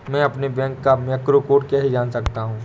मैं अपने बैंक का मैक्रो कोड कैसे जान सकता हूँ?